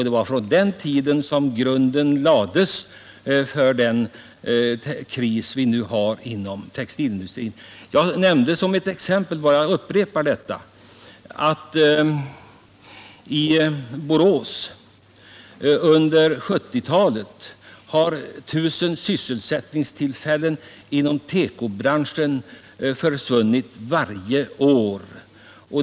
Det var då grunden lades för den kris som vi nu har inom textilindustrin. Jag nämnde bara som ett exempel, och jag upprepar det, att i Borås försvann under 1970-talet 1 000 sysselsättningstillfällen inom tekobranschen varje år.